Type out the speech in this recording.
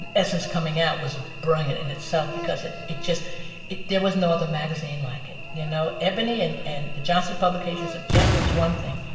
and essence coming out was bringing it in itself because it it just it there was no other magazine like it. you know, ebony and and the johnson publications of jet was one thing,